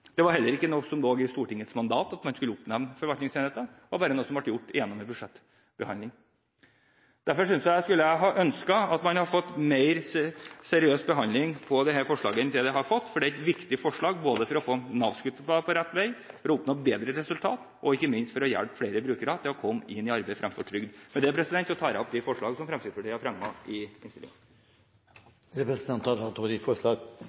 det var heller ikke noe som lå i Stortingets mandat, at man skulle oppnevne forvaltningsenheter. Det var bare noe som ble gjort i en budsjettbehandling. Derfor skulle jeg ønske at man hadde fått en mer seriøs behandling av dette forslaget enn det har fått, for det er et viktig forslag for å få Nav-skuta på rett vei, for å oppnå et bedre resultat og ikke minst for å hjelpe flere brukere til å komme inn i arbeid fremfor trygd. Med det tar jeg opp de forslag som Fremskrittspartiet har fremmet i innstillingen. Representanten Robert Eriksson har tatt opp de